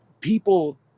people